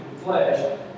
flesh